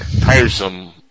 tiresome